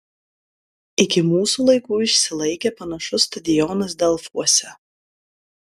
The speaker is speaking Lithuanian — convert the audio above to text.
iki mūsų laikų išsilaikė panašus stadionas delfuose